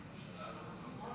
הודעה שקיבלתי היום בווטסאפ,